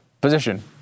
position